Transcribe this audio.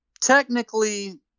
technically